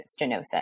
stenosis